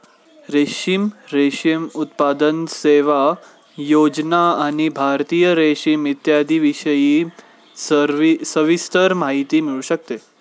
रेशीम, रेशीम उत्पादन, सेवा, योजना आणि भारतीय रेशीम इत्यादींविषयी सविस्तर माहिती मिळू शकते